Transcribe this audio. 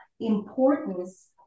importance